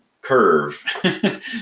curve